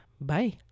Bye